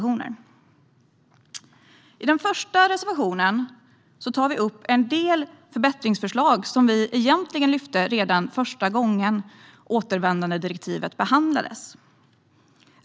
I den första reservationen tar vi upp en del förbättringsförslag som vi egentligen lyfte upp redan första gången återvändandedirektivet behandlades.